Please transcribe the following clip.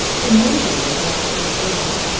the misery of that poor girl,